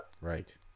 Right